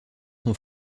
son